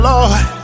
Lord